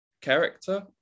character